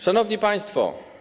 Szanowni Państwo!